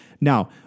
Now